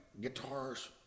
guitars